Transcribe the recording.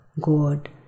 God